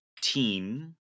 team